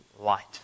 light